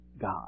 God